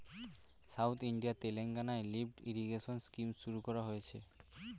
south ইন্ডিয়ার তেলেঙ্গানায় lift irrigation scheme শুরু করা হয়েছে